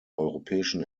europäischen